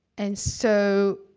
and so,